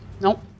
Nope